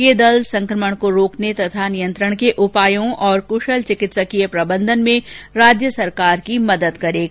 यह दल संकमण को रोकने तथा नियंत्रण के उपायों और क्शल चिकित्सकीय प्रबंधन में राज्य सरकार की मदद करेगा